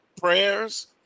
Prayers